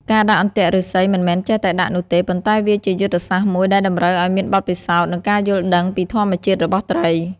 ការដាក់អន្ទាក់ឫស្សីមិនមែនចេះតែដាក់នោះទេ ប៉ុន្តែវាជាយុទ្ធសាស្ត្រមួយដែលតម្រូវឲ្យមានបទពិសោធន៍ និងការយល់ដឹងពីធម្មជាតិរបស់ត្រី។